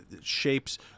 shapes